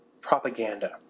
Propaganda